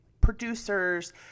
producers